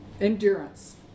endurance